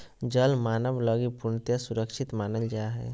जल मानव लगी पूर्णतया सुरक्षित मानल जा हइ